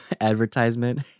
advertisement